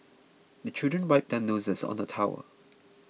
the children wipe their noses on the towel